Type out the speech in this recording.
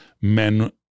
men